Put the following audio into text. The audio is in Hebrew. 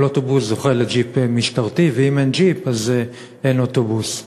כל אוטובוס זוכה לג'יפ משטרתי ואם אין ג'יפ אז אין אוטובוס.